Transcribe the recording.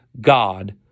God